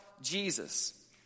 Jesus